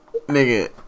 nigga